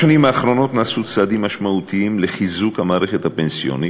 בשנים האחרונות נעשו צעדים משמעותיים לחיזוק המערכת הפנסיונית.